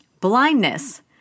Blindness